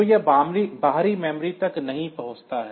तो यह बाहरी मेमोरी तक नहीं पहुँचता है